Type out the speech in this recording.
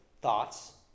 thoughts